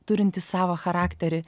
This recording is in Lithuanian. turintis savą charakterį